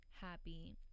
happy